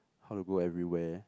how to go everywhere